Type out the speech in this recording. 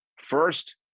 First